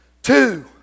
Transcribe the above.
Two